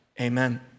amen